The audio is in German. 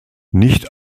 nicht